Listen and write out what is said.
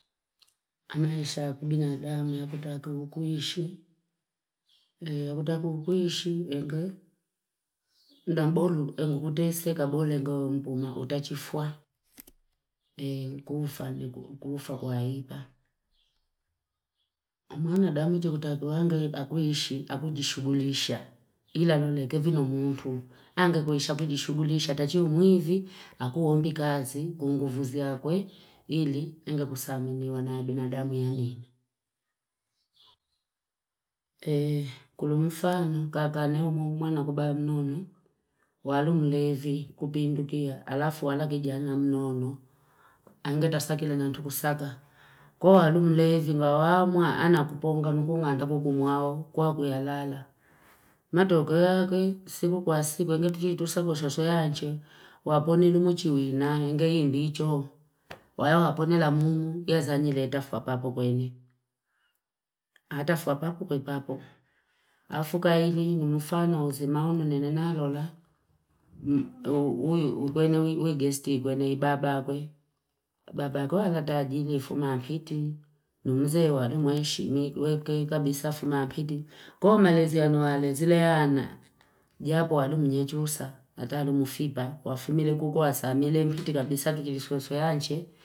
Anayesha kubina dame ya kutake ukuishi. Ya kutake ukuishi nge. Ndambolu ngu kutese kagole nge umpuma utachifua. Kufa ndi kufa kwa hipa. Amana dame nje kutake wange kukuishi, aku jishugulisha. Hila lule kevino ngumpu. Ange kukuishi aku jishugulisha. Tachi umuivi, aku wombi kazi, kuungufuzi akwe. Hili nge kusamini wanae bina dame ya nini Kulumifano kaka newo mwana kuba mnono. Walu mlevi kupindu kia alafu walakijana mnono. Ange tasakile nantukusaka. Kwa walu mlevi mba wawamwa anakuponga mkunga antakukumwao kwa kuyalala. Matogeyake siku kwasiku. Siku kwalika muzari, Siku kwalika mini pinikulisha. Siku kwazidi, Siku kulisha. Siku kwalika mzuri. Ndi pia undi kwa outukem, Ndi pia made na anti. Siku kwalika, Siku kwalika mzuri Siku kwalika kwa anti, Siku kwalika mzuri na hivi. kwenye mjusa, na talu mfiba, wafumile kuguwa saa milipiti kwa pisaa kipiswa soyaanje.